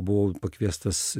buvau pakviestas